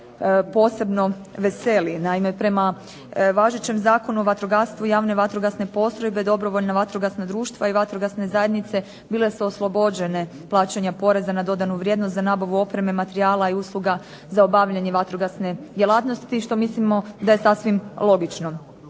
posebno veseli. Naime, prema važećem Zakonu o vatrogastvu javne vatrogasne postrojbe, dobrovoljna vatrogasna društva i vatrogasne zajednice bile su oslobođene plaćanja poreza na dodanu vrijednost za nabavu opreme, materijala i usluga za obavljanje vatrogasne djelatnosti što mislimo da je sasvim logično.